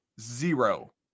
zero